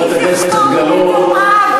כי זה חוק מתועב.